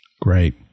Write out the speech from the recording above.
Great